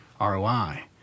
ROI